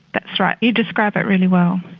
that's right, you describe it really well,